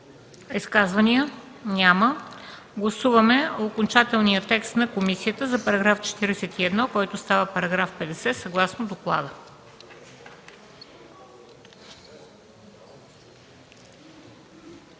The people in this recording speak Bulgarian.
Изказвания? Няма. Гласуваме окончателния текст на комисията за § 41, който става § 50, съгласно доклада.